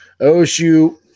OSU